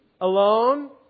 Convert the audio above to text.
alone